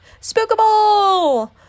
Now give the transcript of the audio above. Spookable